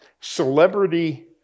celebrity